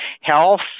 health